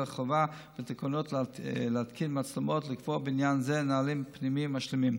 בתקנות החובה להתקין מצלמות לקבוע בעניין זה נהלים פנימיים משלימים.